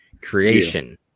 creation